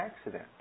accident